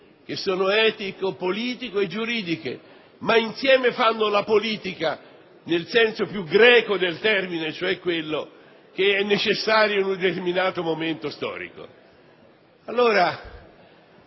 che sono etico-politico-giuridiche e insieme rappresentano la politica nel senso più greco del termine, intendendo cioè quello che è necessario in un determinato momento storico.